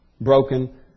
broken